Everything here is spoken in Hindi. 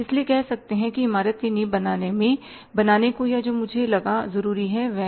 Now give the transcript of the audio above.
इसलिए कह सकते हैं कि इमारत की नींव बनाने को या जो मुझे लगा जरूरी है वह